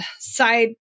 side